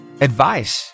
advice